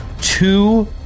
two